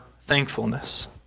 thankfulness